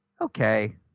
okay